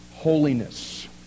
holiness